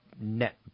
net